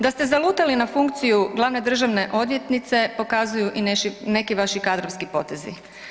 Da ste zalutali na funkciju glavne državne odvjetnice pokazuju i neki vaši kadrovski potezi.